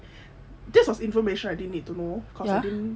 this was information I didn't need to know cause I didn't